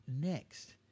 next